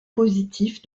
positifs